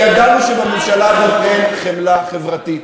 כי ידענו שבממשלה הזאת אין חמלה חברתית,